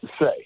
say